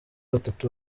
batatu